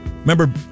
remember